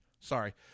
Sorry